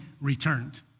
returned